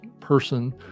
person